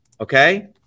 okay